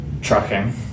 trucking